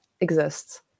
exists